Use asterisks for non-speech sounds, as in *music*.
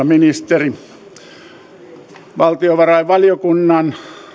*unintelligible* ministeri valtiovarainvaliokunnan